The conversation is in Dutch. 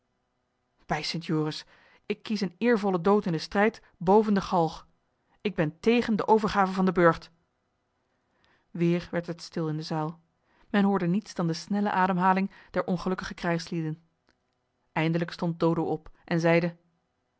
bij st joris ik kies een eervollen dood in den strijd boven de galg ik ben tegen de overgave van den burcht weer werd het stil in de zaal men hoorde niets dan de snelle ademhaling der ongelukkige krijgslieden eindelijk stond dodo op en zeide